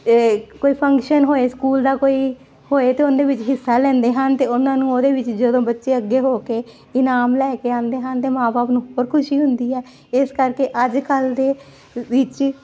ਕੋਈ ਫੰਕਸ਼ਨ ਹੋਏ ਸਕੂਲ ਦਾ ਕੋਈ ਹੋਏ ਅਤੇ ਉਹਦੇ ਵਿੱਚ ਹਿੱਸਾ ਲੈਂਦੇ ਹਨ ਅਤੇ ਉਹਨਾਂ ਨੂੰ ਉਹਦੇ ਵਿੱਚ ਜਦੋਂ ਬੱਚੇ ਅੱਗੇ ਹੋ ਕੇ ਇਨਾਮ ਲੈ ਕੇ ਆਉਂਦੇ ਹਨ ਅਤੇ ਮਾਂ ਬਾਪ ਨੂੰ ਹੋਰ ਖੁਸ਼ੀ ਹੁੰਦੀ ਹੈ ਇਸ ਕਰਕੇ ਅੱਜ ਕੱਲ੍ਹ ਦੇ ਵਿੱਚ